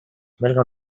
welcome